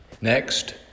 Next